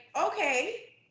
okay